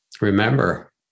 remember